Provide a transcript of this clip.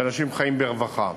שאנשים חיים בה ברווחה.